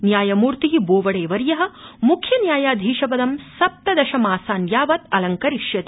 न्यायामूर्ति बोवडे वर्य मुख्यन्यायाधीशपदं सप्तदशमासान् यावत् अलङ्करिष्यति